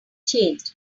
changed